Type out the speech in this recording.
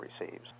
receives